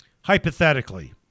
Hypothetically